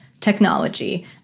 technology